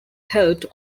helped